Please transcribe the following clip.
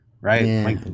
right